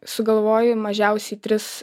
sugalvoju mažiausiai tris